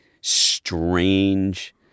strange